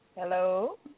Hello